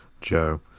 Joe